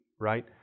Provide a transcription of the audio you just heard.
right